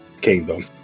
kingdom